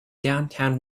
downtown